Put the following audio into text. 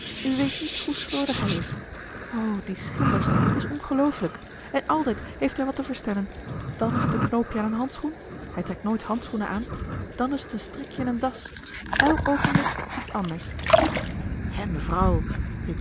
weet niet hoe slordig hij is o die schilders t is ongelooflijk en altijd heeft hij wat te verstellen dan is t een knoopje aan een handschoen hij trekt nooit handschoenen aan dan is t een strikje in een das elk oogenblik iets anders hè mevrouw